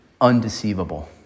undeceivable